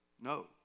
No